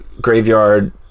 Graveyard